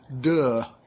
Duh